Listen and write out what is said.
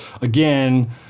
again